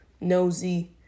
nosy